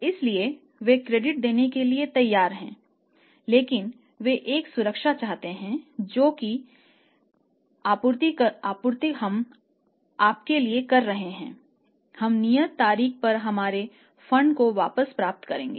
इसलिए वे क्रेडिट देने के लिए तैयार हैं लेकिन वे एक सुरक्षा चाहते हैं कि जो भी आपूर्ति हम आपके लिए कर रहे हैं हम नियत तारीख पर हमारे फंड को वापस प्राप्त करेंगे